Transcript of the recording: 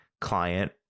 client